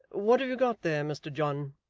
what have you got there, mr john